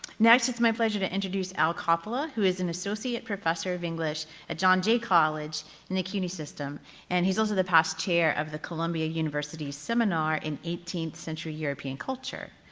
next it's my pleasure to introduce al coppola, who is an associate professor of english at john jay college in the cuny system and he's also the past chair of the columbia university seminar in eighteenth century european culture.